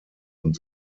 und